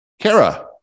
Kara